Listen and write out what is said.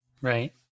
right